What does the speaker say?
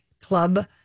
Club